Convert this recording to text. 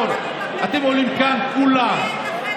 אין לכם תקציב לבתי החולים בפריפריה.